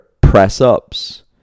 press-ups